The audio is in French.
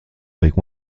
avec